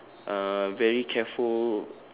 uh very careful